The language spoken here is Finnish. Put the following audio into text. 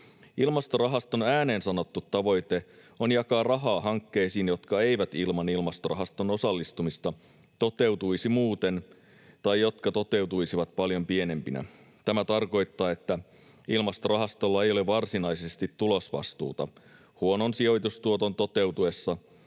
Ilmastorahaston ääneen sanottu tavoite on jakaa rahaa hankkeisiin, jotka eivät ilman Ilmastorahaston osallistumista toteutuisi muuten tai jotka toteutuisivat paljon pienempinä. Tämä tarkoittaa, että Ilmastorahastolla ei ole varsinaisesti tulosvastuuta. Huonon sijoitustuoton toteutuessa